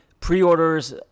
pre-orders